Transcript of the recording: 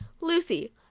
lucy